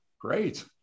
Great